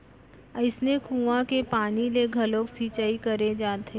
अइसने कुँआ के पानी ले घलोक सिंचई करे जाथे